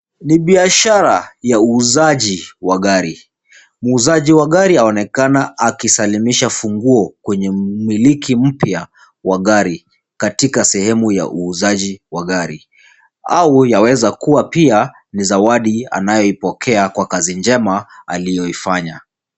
Ni biashara ya uuzaji wa gari. Muuzaji wa gari aonekana akisalimisha funguo kwenye mmiliki mpya wa gari, katika sehemu ya uuzaji wa gari, au yaweza kuwa pia ni zawadi anayoipokea kwa kazi njema aliyoifanya.